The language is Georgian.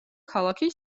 ქალაქი